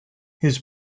his